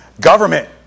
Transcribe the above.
Government